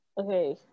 okay